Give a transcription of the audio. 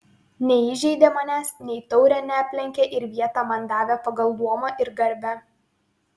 neįžeidė manęs nei taure neaplenkė ir vietą man davė pagal luomą ir garbę